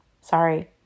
Sorry